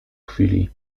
chwili